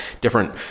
different